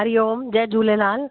हरिओम जय झूलेलाल